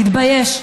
תתבייש.